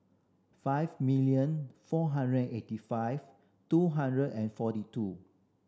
five million four hundred eighty five two hundred and forty two